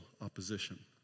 opposition